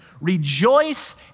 Rejoice